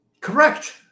Correct